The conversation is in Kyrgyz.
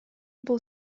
бул